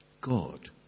God